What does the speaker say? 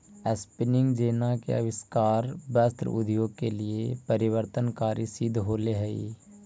spinning jenny के आविष्कार वस्त्र उद्योग के लिए परिवर्तनकारी सिद्ध होले हई